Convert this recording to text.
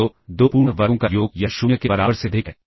तो दो पूर्ण वर्गों का योग यह 0 के बराबर से अधिक है